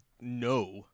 no